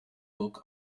book